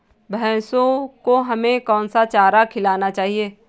भैंसों को हमें कौन सा चारा खिलाना चाहिए?